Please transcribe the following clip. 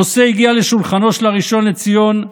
הנושא הגיע לשולחנו של הראשון לציון,